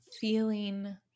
feeling